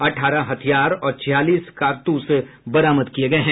अठारह हथियार और छियालीस कारतूस बरामद किये गये हैं